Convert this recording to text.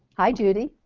hi, judy.